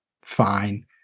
fine